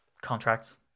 contracts